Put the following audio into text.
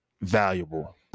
valuable